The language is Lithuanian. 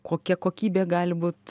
kokia kokybė gali būt